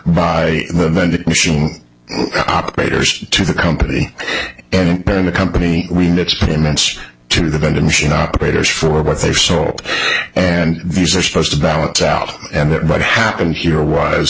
by the vending machine operators to the company and then the company when its payments to the vending machine operators for what they are sold and these are supposed to balance out and that right happened here was